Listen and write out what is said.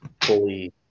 fully